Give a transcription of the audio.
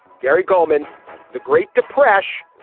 gary goldman the great depression.